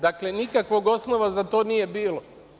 Dakle, nikakvog osnova za to nije bilo.